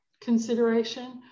consideration